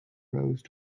arose